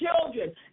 children